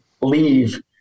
leave